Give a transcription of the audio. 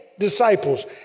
disciples